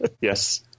yes